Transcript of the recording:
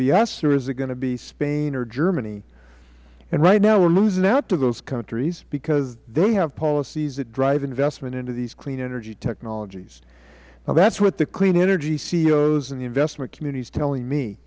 us or is it going to be spain or germany and right now we are losing out to those countries because they have policies that drive investment into these clean energy technologies that is what the clear energy ceos and the investment community is telling me